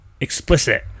Explicit